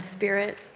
Spirit